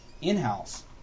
in-house